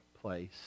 place